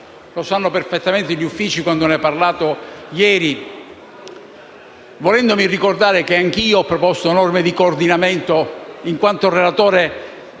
(lo sanno perfettamente gli Uffici quando ne ho parlato ieri,